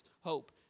hope